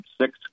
Six